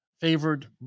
favored